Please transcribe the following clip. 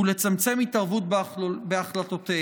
ולצמצם התערבות בהחלטותיהם.